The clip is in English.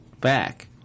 back